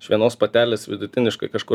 iš vienos patelės vidutiniškai kažkur